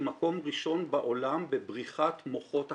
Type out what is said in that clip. מקום ראשון בעולם בבריחת מוחות אקדמאיים.